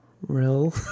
Real